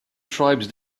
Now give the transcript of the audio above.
tribes